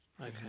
okay